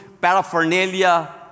paraphernalia